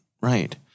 right